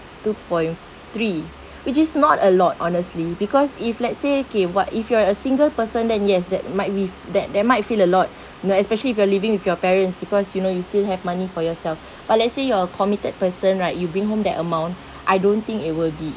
two-point-three which is not a lot honestly because if let's say okay what if you are a single person then yes that might be that that might feel a lot you know especially if you're living with your parents because you know you still have money for yourself but let's say you're committed person right you bring home that amount I don't think it will be